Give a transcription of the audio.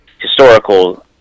historical